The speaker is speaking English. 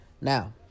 Now